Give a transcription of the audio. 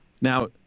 Now